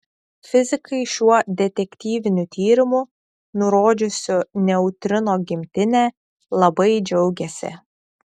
fizikai šiuo detektyviniu tyrimu nurodžiusiu neutrino gimtinę labai džiaugiasi